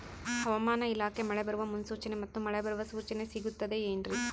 ಹವಮಾನ ಇಲಾಖೆ ಮಳೆ ಬರುವ ಮುನ್ಸೂಚನೆ ಮತ್ತು ಮಳೆ ಬರುವ ಸೂಚನೆ ಸಿಗುತ್ತದೆ ಏನ್ರಿ?